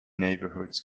neighbourhoods